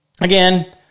again